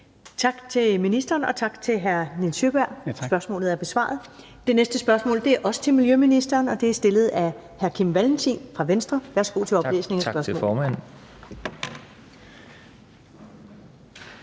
Tak til ministeren, og tak til hr. Nils Sjøberg. Spørgsmålet er besvaret. Det næste spørgsmål er også til miljøministeren, og det er stillet af hr. Kim Valentin fra Venstre. Kl. 16:29 Spm. nr. S 1294 27) Til miljøministeren